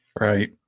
Right